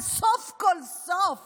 אז סוף כל סוף,